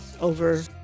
over